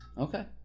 Okay